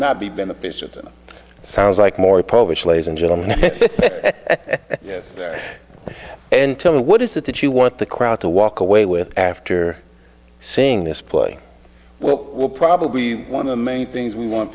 not be beneficial to them sounds like more polish lays and gentle yes there and tell me what is it that you want the crowd to walk away with after seeing this play well will probably one of the main things we want